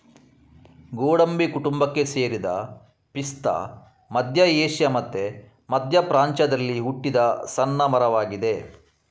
ಗೋಡಂಬಿ ಕುಟುಂಬಕ್ಕೆ ಸೇರಿದ ಪಿಸ್ತಾ ಮಧ್ಯ ಏಷ್ಯಾ ಮತ್ತೆ ಮಧ್ಯ ಪ್ರಾಚ್ಯದಲ್ಲಿ ಹುಟ್ಟಿದ ಸಣ್ಣ ಮರವಾಗಿದೆ